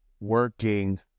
working